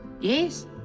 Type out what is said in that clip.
Yes